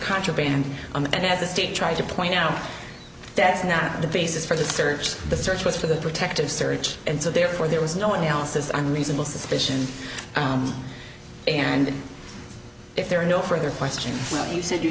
contraband and as the state tried to point out that's not the basis for the search the search was for the protective search and so therefore there was no one else is i'm reasonable suspicion and if there are no further questions you said you